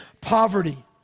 poverty